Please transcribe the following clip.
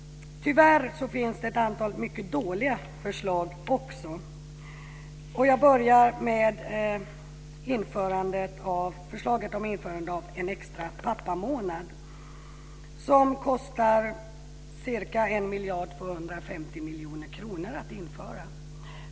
Tyvärr finns det ett antal mycket dåliga förslag också. Jag börjar med förslaget om införande av en extra pappamånad, som kostar ca 1 250 000 000 kr att genomföra.